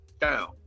down